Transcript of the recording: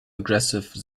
aggressive